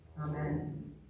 Amen